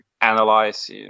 analyze